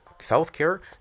self-care